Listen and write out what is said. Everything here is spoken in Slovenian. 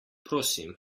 prosim